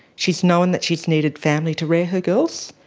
she has known that she has needed family to rear her girls.